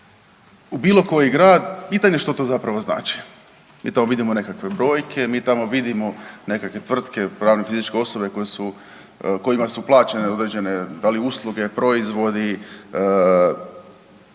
u bilo koji grad, pitanje je što to zapravo znači. Mi tamo vidimo nekakve brojke, mi tamo vidimo nekakve tvrtke, pravne i fizičke osobe koje su, kojima su plaćene određene, da li usluge, proizvodi,